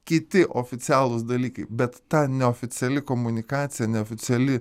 kiti oficialūs dalykai bet ta neoficiali komunikacija neoficiali